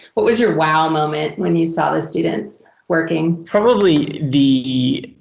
what was your wow moment, when you saw the students working? probably the